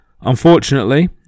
Unfortunately